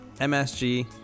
MSG